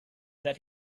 that